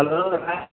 hello